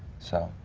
so.